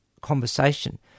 conversation